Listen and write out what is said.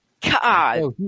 God